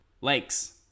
Lakes